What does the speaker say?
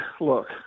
look